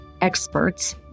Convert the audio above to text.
experts